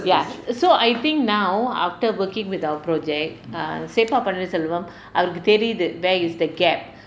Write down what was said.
ya so I think now after working with our project err se pa paneerselvam அவருக்கு தெரிது:avarukku therithu where is the gap